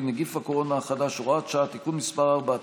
(נגיף הקורונה החדש) (הוראת שעה) (תיקון מס' 4),